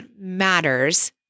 matters